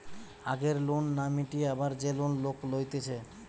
আগের লোন না মিটিয়ে আবার যে লোন লোক লইতেছে